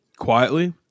quietly